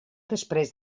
després